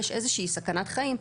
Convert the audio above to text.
יש איזה שהיא סכנת חיים.